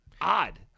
Odd